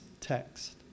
text